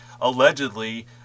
allegedly